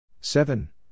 Seven